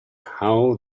how